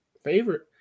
Favorite